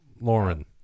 Lauren